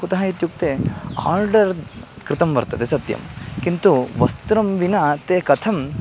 कुतः इत्युक्ते आर्डर् कृतं वर्तते सत्यं किन्तु वस्त्रं विना ते कथं